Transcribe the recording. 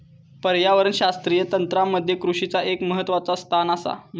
पर्यावरणशास्त्रीय तंत्रामध्ये कृषीचा एक महत्वाचा स्थान आसा